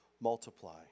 multiply